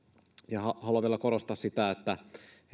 ja haluan vielä korostaa sitä että